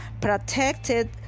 protected